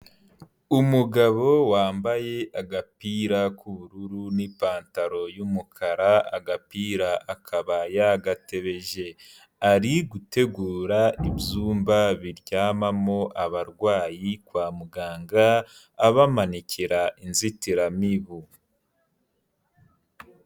Umugabo wambaye agapira k'ubururu n'ipantaro y'umukara agapira akaba yagatebeje, ari gutegura ibyumba biryamamo abarwayi kwa muganga abamanikira inzitiramibu.